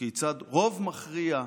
כיצד רוב מכריע,